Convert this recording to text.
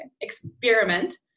Experiment